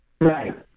right